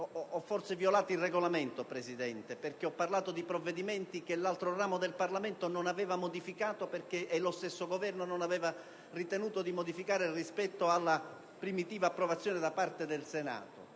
e forse ho violato il Regolamento, signor Presidente, perché ho parlato di provvedimenti che l'altro ramo del Parlamento non aveva modificato e lo stesso Governo non aveva ritenuto di modificare rispetto alla primitiva approvazione da parte del Senato.